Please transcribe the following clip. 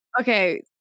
Okay